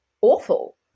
awful